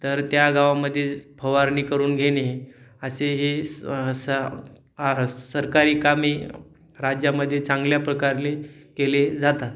तर त्या गावामध्ये फवारणी करून घेणे असे हे स स सरकारी कामे राज्यामध्ये चांगल्या प्रकारे केले जातात